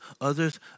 others